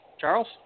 Charles